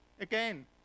Again